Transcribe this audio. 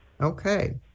Okay